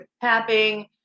tapping